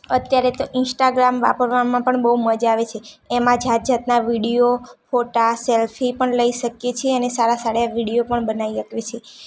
અત્યારે તો ઇન્સ્ટાગ્રામ વાપરવામાં પણ બહુ મજા આવે છે એમાં જાત જાતના વિડીઓ ફોટા સેલ્ફી પણ લઈ શકીએ છીએ અને સારા સારા વિડીઓ પણ બનાવી શકીએ છીએ